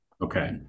Okay